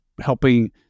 helping